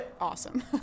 awesome